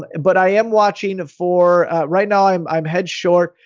but i am watching for right now, i'm i'm head short.